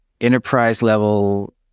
enterprise-level